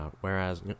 whereas